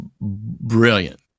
brilliant